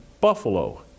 Buffalo